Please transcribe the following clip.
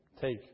take